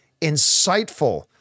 insightful